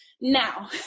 Now